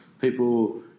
People